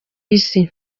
isi